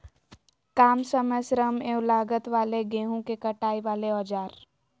काम समय श्रम एवं लागत वाले गेहूं के कटाई वाले औजार?